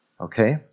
Okay